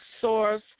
source